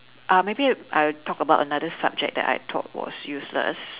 uh maybe I will talk about another subject that I thought was useless